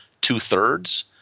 two-thirds